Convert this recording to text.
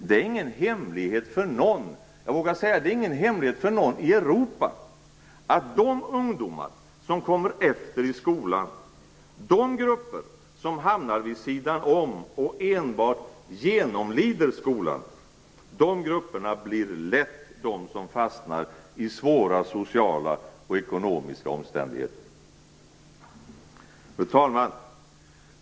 Det är ingen hemlighet för någon - jag vågar säga inte för någon i Europa - att de ungdomar som kommer efter i skolan, de grupper som hamnar vid sidan om och enbart genomlider skolan, lätt blir de grupper som fastnar i svåra sociala och ekonomiska omständigheter. Fru talman!